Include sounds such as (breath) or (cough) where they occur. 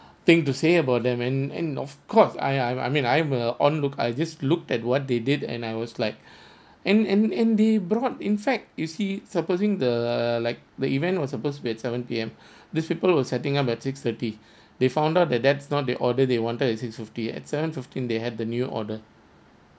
thing to say about them and and of course I I I mean I'm a on look I just looked at what they did and I was like (breath) and and and they brought in fact you see supposing the like the event was supposed to be at seven P_M (breath) these people will setting up at six thirty (breath) they found out that that's not the order they wanted at six fifty at seven fifteen they had the new order